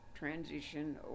Transition